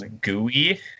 Gooey